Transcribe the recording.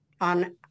on